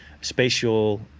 spatial